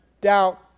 doubt